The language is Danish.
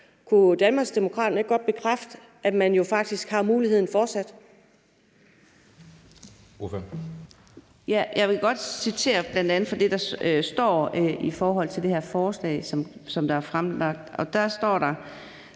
Kunne Danmarksdemokraterne ikke godt bekræfte, at man jo faktisk har muligheden fortsat?